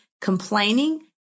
complaining